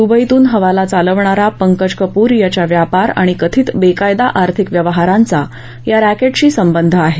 दुबईतून हवाला चालवणारा पंकज कपूर याच्या व्यापार आणि कथित बेकायदेशीर आर्थिक व्यवहारांचा या रक्तिंशी संबंध आहे